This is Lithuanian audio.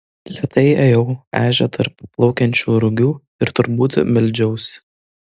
lėtai ėjau ežia tarp plaukiančių rugių ir turbūt meldžiausi